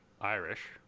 Irish